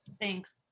Thanks